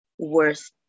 Worth